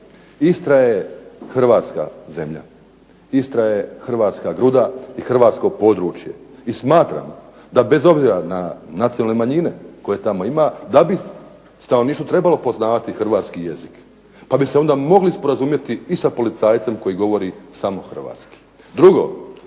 Istra je hrvatska zemlja, Istra je hrvatska gruda i hrvatsko područje. I smatram da bez obzira na nacionalne manjine koje tamo ima da bi stanovništvo trebalo poznavati hrvatski jezik pa bi se onda mogli sporazumjeti i sa policajcem koji govori samo hrvatski. Drugo,